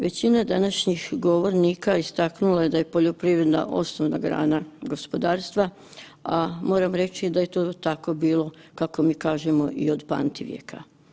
Većina današnjih govornika istaknula je da je poljoprivreda osnovna grana gospodarstva, a moram reći da je to tako bilo, kako mi kažemo, i od pamtivijeka.